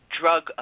drug